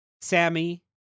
Sammy